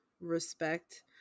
respect